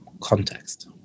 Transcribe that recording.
context